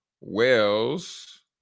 Wells